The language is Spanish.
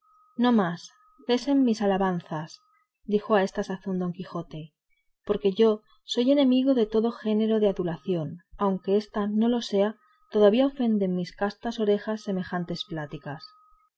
no más cesen mis alabanzas dijo a esta sazón don quijote porque soy enemigo de todo género de adulación y aunque ésta no lo sea todavía ofenden mis castas orejas semejantes pláticas